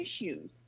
issues